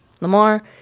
Lamar